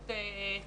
פעילות תרבות בקהילה.